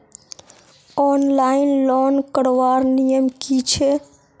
Online loan करवार नियम की छे?